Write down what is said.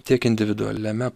tiek individualiame